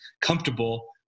comfortable